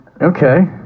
okay